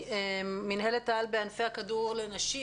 ממינהלת העל בענפי הכדור לנשים,